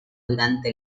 durante